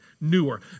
newer